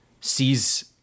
sees